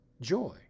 joy